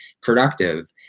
productive